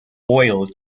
oil